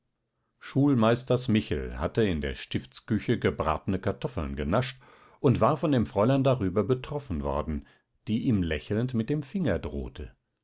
schulmeisters michel hatte in der stiftsküche gebratene kartoffeln genascht und war von dem fräulein darüber betroffen worden die ihm lächelnd mit dem finger drohte